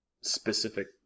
specific